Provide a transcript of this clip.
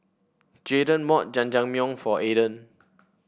Jaydan bought Jajangmyeon for Aydan